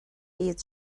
iad